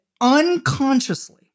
unconsciously